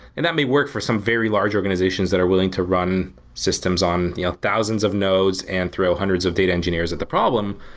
and that may work for some very large organizations that are willing to run systems on thousands of nodes and throw hundreds of data engineers at the problem,